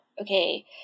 okay